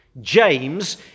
James